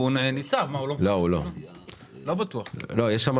רכב שחונה